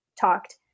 talked